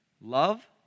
Love